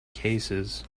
cases